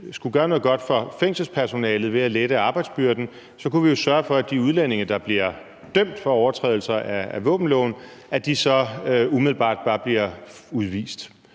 skulle gøre noget godt for fængselspersonalet ved at lette arbejdsbyrden, kunne vi jo sørge for, at de udlændinge, der bliver dømt for overtrædelser af våbenloven, så umiddelbart bare bliver udvist.